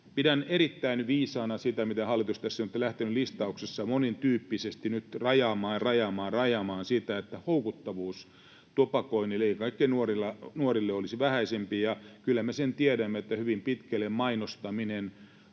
Pidän erittäin viisaana sitä, miten hallitus on nyt lähtenyt listauksessaan monentyyppisesti rajaamaan, rajaamaan, rajaamaan sitä, että houkuttavuus tupakoinnille ennen kaikkea nuorille olisi vähäisempi. Kyllä me sen tiedämme, että hyvin pitkälle mainostaminen